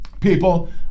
people